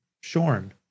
shorn